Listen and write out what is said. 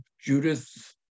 Judith